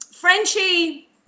Frenchie